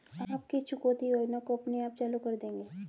आप किस चुकौती योजना को अपने आप चालू कर देंगे?